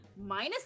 minus